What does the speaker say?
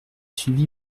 suivi